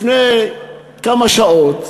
מה לא עושים בשביל, לפני כמה שעות,